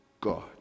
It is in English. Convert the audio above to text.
God